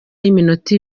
y’iminota